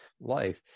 life